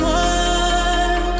one